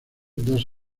dos